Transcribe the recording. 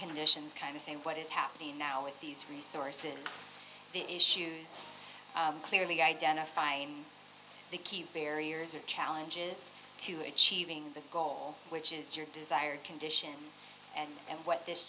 conditions kind of saying what is happening now with these resources the issues clearly identifying the key barriers or challenges to achieving the goal which is your desired condition and what this